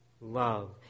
love